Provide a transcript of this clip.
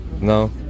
no